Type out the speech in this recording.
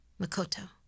Makoto